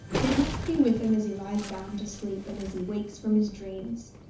they must be with him as he lies down to sleep, and as he wakes from his dreams.